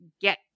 get